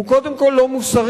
הוא קודם כול לא מוסרי.